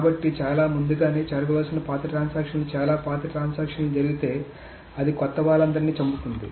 కాబట్టి చాలా ముందుగానే జరగాల్సిన పాత ట్రాన్సాక్షన్లు చాలా పాత ట్రాన్సాక్షన్లు జరిగితే అది కొత్త వాళ్లందరినీ చంపుతుంది